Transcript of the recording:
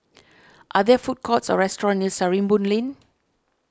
are there food courts or restaurants near Sarimbun Lane